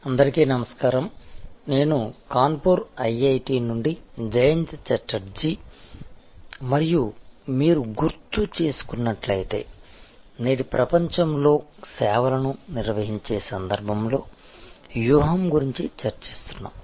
అందరికీ నమస్కారం నేను కాన్పూర్ ఐఐటి నుండి జయంత ఛటర్జీ మరియు మీరు గుర్తు చేసుకున్నట్లయితే నేటి ప్రపంచంలో సేవలను నిర్వహించే సందర్భంలో వ్యూహం గురించి చర్చిస్తున్నాము